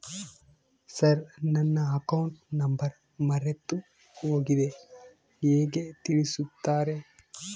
Sir ನನ್ನ account number ಮರೆತುಹೋಗಿದೆ ಹೇಗೆ ತಿಳಿಸುತ್ತಾರೆ?